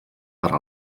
per